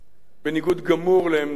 בניגוד גמור לעמדתי.